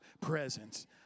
presence